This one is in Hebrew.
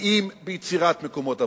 ענקיים ביצירת מקומות עבודה.